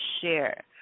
share